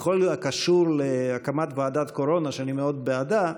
בכל הקשור להקמת ועדת קורונה, שאני מאוד בעדה,